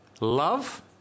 love